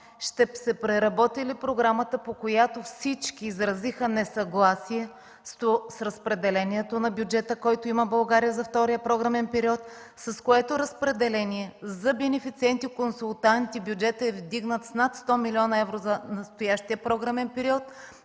но ще се преработи ли програмата, по която всички изразиха несъгласие с разпределението на бюджета, който има България за втория програмен период, с което разпределение за бенефициенти-консултанти бюджетът е вдигнат с над 100 млн. евро за настоящия програмен период,